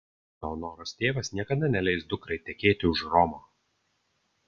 leonoros tėvas niekada neleis dukrai tekėti už romo